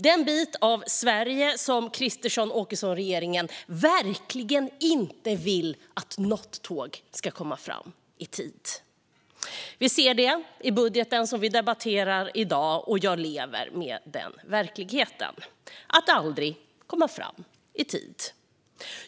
Det är en bit av Sverige där Kristersson-Åkesson-regeringen verkligen inte vill att något tåg ska komma fram i tid. Vi ser det i budgeten som vi debatterar i dag, och jag lever med den verkligheten: att aldrig komma fram i tid.